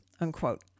unquote